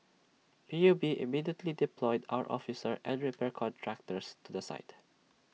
P U B immediately deployed our officers and repair contractors to the site